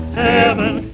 heaven